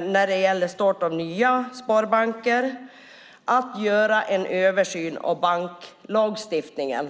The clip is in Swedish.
när det gäller start av nya sparbanker och att göra en översyn av banklagstiftningen?